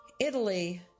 Italy